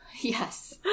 Yes